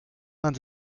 man